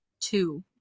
two